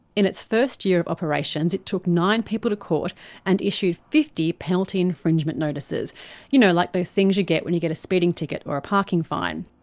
in its first year of operations it took nine people to court and issued fifty penalty infringement notices you know like those things you get when you get a speeding ticket or a parking fine.